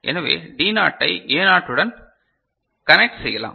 எனவே D நாட்டை A நாட்டுடன் கனெக்ட் செய்யலாம்